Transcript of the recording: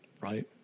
right